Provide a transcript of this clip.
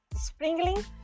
sprinkling